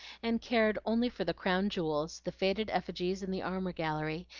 and cared only for the crown jewels, the faded effigies in the armor gallery,